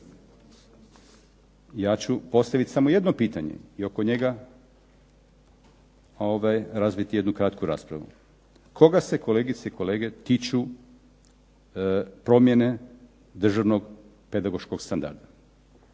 Ja ću postavit samo jedno pitanje i oko njega razviti jednu kratku raspravu. Koga se, kolegice i kolege, tiču promjene Državnog pedagoškog standarda?